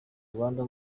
rwanda